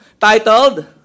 titled